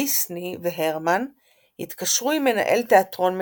דיסני והרמן התקשרו עם מנהל תיאטרון מקומי,